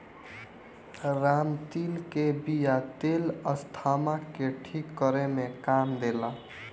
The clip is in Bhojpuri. रामतिल के बिया के तेल अस्थमा के ठीक करे में काम देला